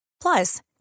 Plus